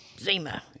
Zima